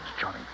Johnny